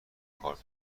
کار